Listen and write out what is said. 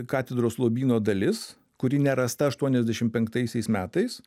katedros lobyno dalis kuri nerasta aštuoniasdešimt penktaisiais metais